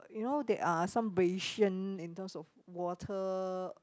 you know there are some ration in terms of water